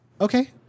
Okay